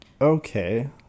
okay